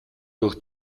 durch